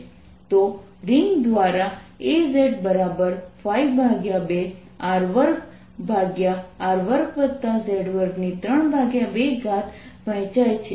તો રિંગ દ્વારા Az 2 R2R2z232 વહેંચાય છે